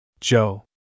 Joe